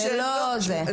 זה לא זה,